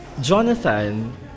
Jonathan